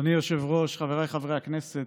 אדוני היושב-ראש, חבריי חברי הכנסת,